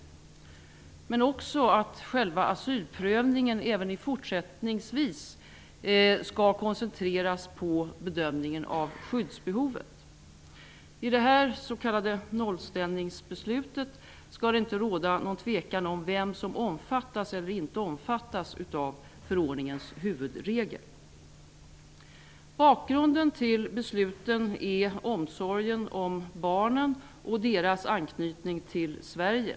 Ett annat skäl är att själva asylprövningen även fortsättningsvis skall koncentreras på bedömningen av skyddsbehovet. I det här s.k. nollställningsbeslutet skall det inte vara någon tvekan om vem som omfattas eller inte omfattas av förordningens huvudregel. Bakgrunden till besluten är omsorgen om barnen och deras anknytning till Sverige.